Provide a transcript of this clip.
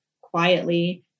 quietly